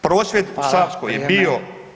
Prosvjed u Savskoj je bio